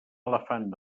elefant